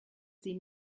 sie